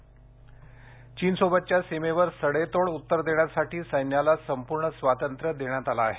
चीन चीनसोबतच्या सीमेवर सडेतोड उत्तर देण्यासाठी सैन्याला संपूर्ण स्वातंत्र्य देण्यात आलं आहे